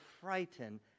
frighten